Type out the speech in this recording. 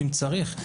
אם צריך.